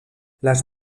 las